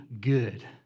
good